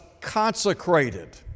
consecrated